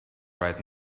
right